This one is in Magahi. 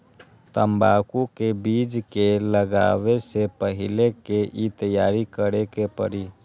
तंबाकू के बीज के लगाबे से पहिले के की तैयारी करे के परी?